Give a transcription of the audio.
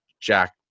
jack